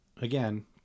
again